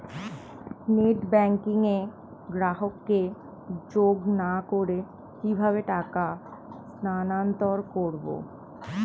Net banking এ গ্রাহককে যোগ না করে কিভাবে টাকা স্থানান্তর করব?